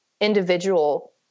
individual